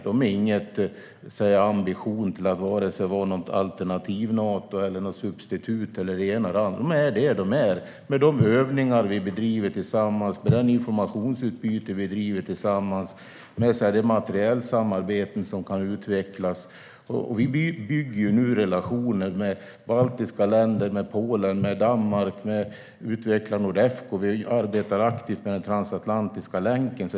De har ingen ambition att vara ett alternativ-Nato eller något substitut för något annat. De är det de är. Det handlar om övningar, informationsutbyte och om materielsamarbeten som kan utvecklas. Vi bygger nu relationer med de baltiska länderna, Polen och Danmark. Vi utvecklar Nordefco. Vi arbetar aktivt med den transatlantiska länken.